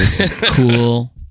Cool